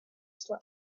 slow